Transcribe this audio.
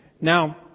Now